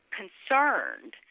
concerned